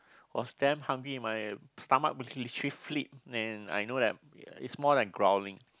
I was damn hungry and my stomach was literally flipped and I know that it's more like growling